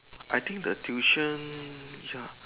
I think the tuition ya